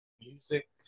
music